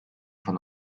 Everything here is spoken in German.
von